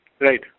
Right